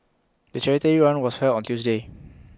the charity run was held on A Tuesday